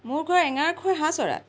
মোৰ ঘৰ এঙাৰখোৱা হাঁহচৰাত